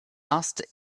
asked